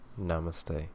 Namaste